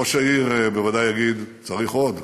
ראש העיר בוודאי יגיד: צריך עוד.